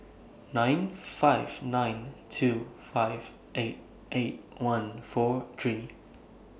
nine five nine two five eight eight one four three